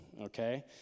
okay